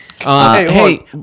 Hey